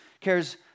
cares